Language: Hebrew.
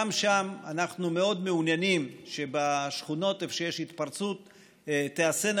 גם שם אנחנו מאוד מעוניינים שבשכונות שיש בהן התפרצות תיעשינה